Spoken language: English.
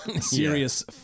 Serious